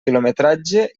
quilometratge